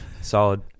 Solid